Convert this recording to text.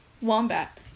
Wombat